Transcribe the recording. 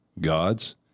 Gods